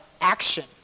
action